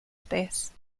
space